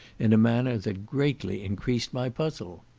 in a manner that greatly increased my puzzle.